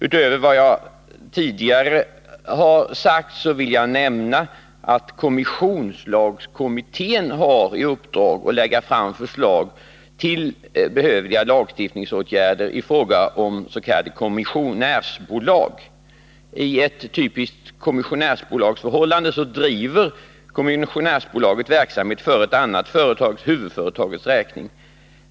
Utöver vad jag tidigare har sagt vill jag nämna att kommissionslagkommittén har i uppdrag att lägga fram förslag till behövliga lagstiftningsåtgärder i fråga om kommissionärsbolag. I ett typiskt kommissionärsbolagsförhållande driver kommissionärsbolaget verksamhet för ett annat företags, huvudföretagets, räkning.